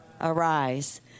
arise